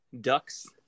ducks